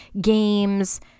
games